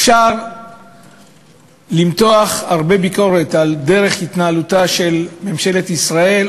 אפשר למתוח הרבה ביקורת על דרך התנהלותה של ממשלת ישראל,